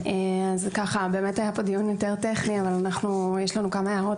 היה כאן דיון יותר טכני אבל יש לנו כמה הערות